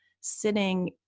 sitting